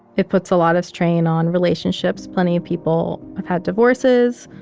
it puts a lot of strain on relationships. plenty of people have had divorces.